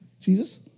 Jesus